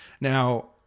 Now